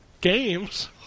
games